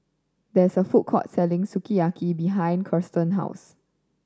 there is a food court selling Sukiyaki behind Kiersten's house